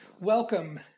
Welcome